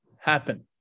happen